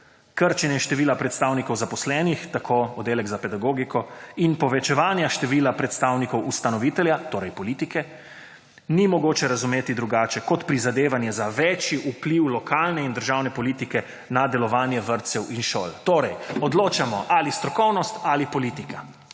krčenje števila predstavnikov zaposlenih tako oddelek za pedagogiko in povečevanja števila predstavnikov ustanovitelja, torej politike, ni mogoče razumeti drugače kot prizadevanje za večji vpliv lokalne in državne politike na delovanje vrtcev in šol. Torej, odločamo ali strokovnost ali politika